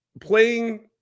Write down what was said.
playing